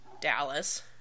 Dallas